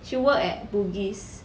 she work at bugis